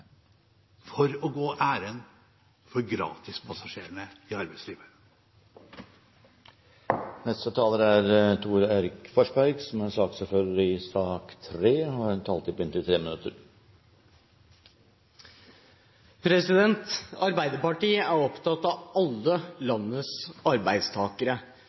for å gå ærend for gratispassasjerene i arbeidslivet. Arbeiderpartiet er opptatt av alle landets arbeidstakere.